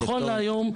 נכון להיום,